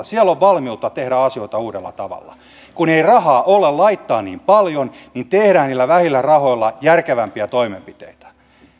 siellä on valmiutta tehdä asioita uudella tavalla kun ei rahaa ole laittaa niin paljon niin tehdään niillä vähillä rahoilla järkevämpiä toimenpiteitä